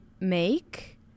make